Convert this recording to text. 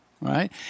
right